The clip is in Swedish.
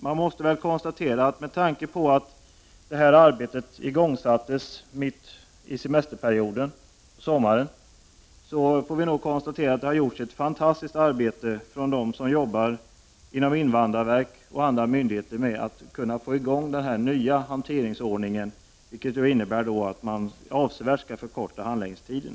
Med tanke på att arbetet igångsattes mitt i semesterperioden får vi nog konstatera att det har gjorts ett fantastiskt arbete av dem som jobbar inom invandrarverket och andra myndigheter med att få i gång den nya hanteringsordningen, som syftar till att åstadkomma avsevärt förkortade handläggningstider.